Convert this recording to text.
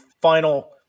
final